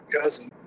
cousin